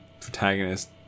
protagonist